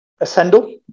Ascendo